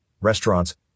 restaurants